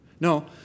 No